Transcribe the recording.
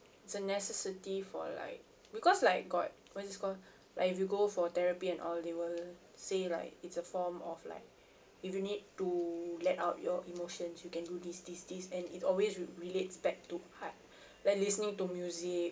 it's a necessity for like because like got what is this called like if you go for therapy and all they will say like it's a form of like if you need to let out your emotions you can do this this this and it's always relates back to art like listening to music